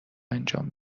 انجام